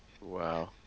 Wow